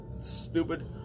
stupid